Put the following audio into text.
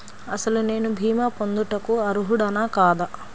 అసలు నేను భీమా పొందుటకు అర్హుడన కాదా?